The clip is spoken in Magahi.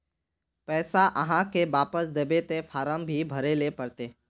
पैसा आहाँ के वापस दबे ते फारम भी भरें ले पड़ते?